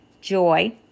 joy